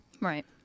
Right